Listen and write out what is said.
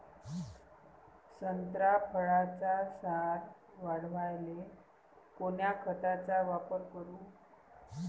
संत्रा फळाचा सार वाढवायले कोन्या खताचा वापर करू?